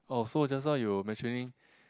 orh so just now you were mentioning